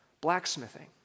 blacksmithing